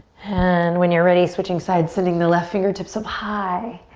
and when you're ready, switching sides. sending the left fingertips up high.